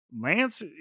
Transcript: Lance